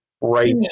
right